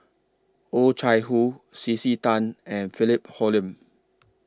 Oh Chai Hoo C C Tan and Philip Hoalim